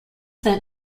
that